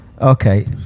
Okay